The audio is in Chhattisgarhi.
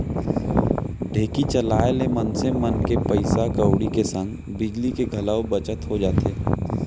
ढेंकी चलाए ले मनसे मन के पइसा कउड़ी के संग बिजली के घलौ बचत हो जाथे